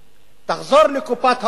תחזור לקופת האוצר,